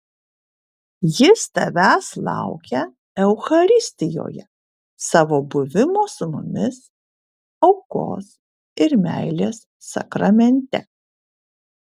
jis tavęs laukia eucharistijoje savo buvimo su mumis aukos ir meilės sakramente